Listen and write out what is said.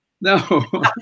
No